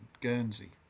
Guernsey